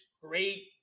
great